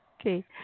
Okay